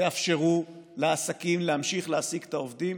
תאפשרו לעסקים להמשיך להעסיק את העובדים